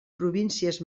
províncies